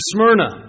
Smyrna